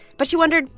but she wondered,